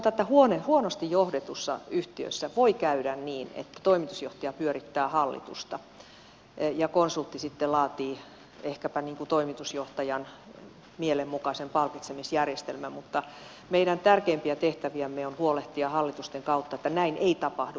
sanotaan että huonosti johdetussa yhtiössä voi käydä niin että toimitusjohtaja pyörittää hallitusta ja konsultti sitten laatii ehkäpä toimitusjohtajan mielen mukaisen palkitsemisjärjestelmän mutta meidän tärkeimpiä tehtäviämme on huolehtia hallitusten kautta että näin ei tapahdu